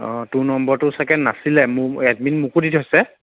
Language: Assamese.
অঁ তোৰ নম্বৰটো চাগে নাছিলে মোৰ এডমিন মোকো দি থৈছে